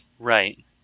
Right